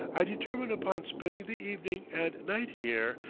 i determine upon spending the evening and night here,